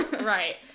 Right